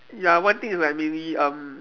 ya one thing is like maybe um